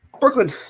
Brooklyn